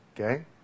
Okay